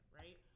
right